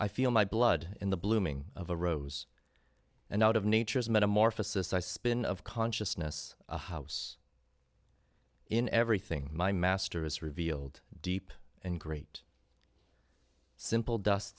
i feel my blood in the blooming of a rose and out of nature's metamorphosis i spin of consciousness a house in everything my master is revealed deep and great simple dust